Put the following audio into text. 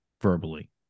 verbally